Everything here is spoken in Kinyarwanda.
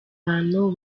abantu